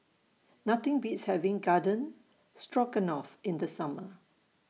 Nothing Beats having Garden Stroganoff in The Summer